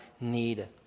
need